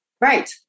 Right